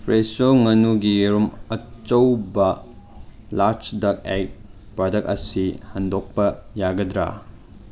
Fresho ꯉꯥꯅꯨꯒꯤ ꯌꯦꯔꯨꯝ ꯑꯆꯧꯕ ꯂꯥꯔꯖ ꯗꯛ ꯑꯦꯛ ꯄ꯭ꯔꯗꯛ ꯑꯁꯤ ꯍꯟꯗꯣꯛꯄ ꯌꯥꯒꯗ꯭ꯔꯥ